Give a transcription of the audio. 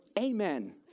amen